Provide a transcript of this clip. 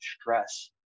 stress